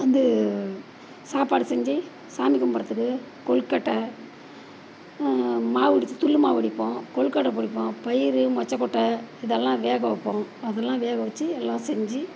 வந்து சாப்பாடு செஞ்சு சாமி கும்பிட்றதுக்கு கொலுக்கட்டை மாவு இடித்து துள்ளு மாவு இடிப்போம் கொலுக்கட்டை பிடிப்போம் பயிறு மொச்சக்கொட்டை இதெல்லாம் வேக வைப்போம் அதெல்லாம் வேகவச்சு எல்லாம் செஞ்சி